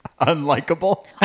Unlikable